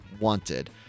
wanted